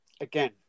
Again